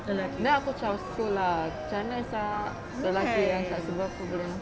then aku macam [siol] lah macam mana sia lelaki yang kat sebelah tu boleh